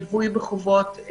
ליווי בחובות.